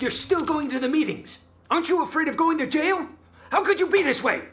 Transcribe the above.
you're still going to the meetings aren't you afraid of going to jail how could you be this way